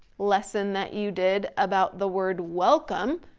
lesson that you did about the word welcome.